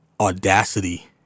audacity